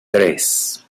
tres